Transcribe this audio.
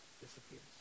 disappears